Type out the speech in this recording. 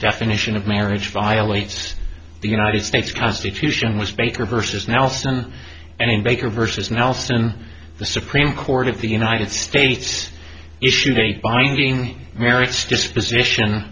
definition of marriage violates the united states constitution which baker versus nelson and baker versus nelson the supreme court of the united states issued a finding merits disposition